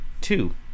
Two